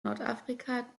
nordafrika